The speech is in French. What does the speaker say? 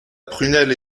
prunelle